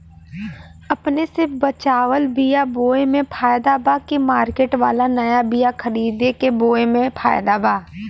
अपने से बचवाल बीया बोये मे फायदा बा की मार्केट वाला नया बीया खरीद के बोये मे फायदा बा?